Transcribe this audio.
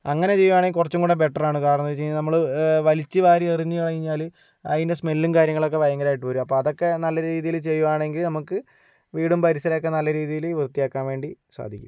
അങ്ങനെ ചെയ്യുകയാണെൽ കുറച്ചും കൂടെ ബെറ്റർ ആണ് കാരണം എന്തെന്നു വെച്ച് കഴിഞ്ഞാൽ നമ്മള് വലിച്ചുവാരി എറിഞ്ഞു കഴിഞ്ഞാ ല് അതിന്റെ സ്മെല്ലും കാര്യങ്ങളൊക്കെ ഭയങ്കരമായിട്ട് വരും അപ്പോൾ അതൊക്കെ നല്ല രീതിയിൽ ചെയ്യുകയാണെങ്കിൽ നമുക്ക് വീടും പരിസരവും ഒക്കെ നല്ല രീതിയിൽ വൃത്തിയാക്കാൻ വേണ്ടി സാധിക്കും